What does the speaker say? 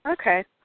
Okay